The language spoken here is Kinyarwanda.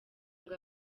ngo